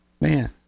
Man